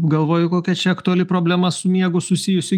galvoju kokia čia aktuali problema su miegu susijusi